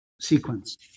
sequence